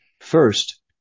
First